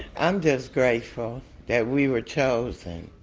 i'm just grateful that we were chosen.